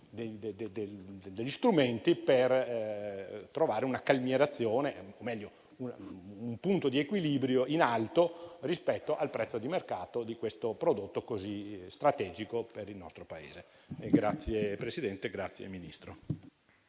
degli strumenti per trovare una calmierazione o meglio un punto di equilibrio in alto rispetto al prezzo di mercato di questo prodotto così strategico per il nostro Paese. PRESIDENTE. Il ministro